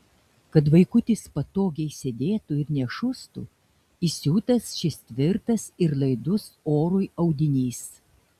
kad vaikutis patogiai sėdėtų ir nešustų įsiūtas šis tvirtas ir laidus orui audinys